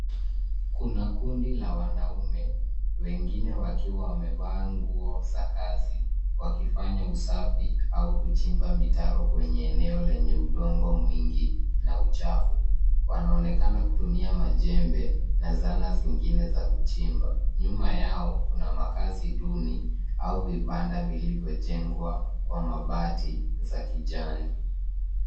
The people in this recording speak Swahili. Kuna kundi la wanaume wengine wakiwa wamevaa nguo za kazi wakifanya usafi au kuchimba mitaro kwenye eneo lenye udongo mwingi na uchafu. Wanaonekana kutumia majembe na zana zingine za kuchimba. Nyuma yao kuna makaazi duni au vibanda vilivyojengwa kwa mabati za kijani.